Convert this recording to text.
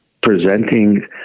presenting